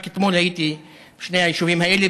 רק אתמול הייתי בשני היישובים האלה,